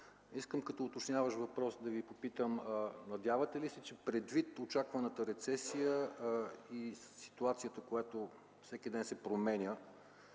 Като уточняващ въпрос искам да Ви попитам: надявате ли се, че предвид очакваната рецесия и ситуацията, която всеки ден се променя,